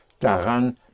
daran